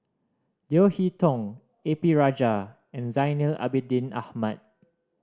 Leo Hee Tong A P Rajah and Zainal Abidin Ahmad